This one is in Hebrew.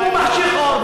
הוא מחשיך אור,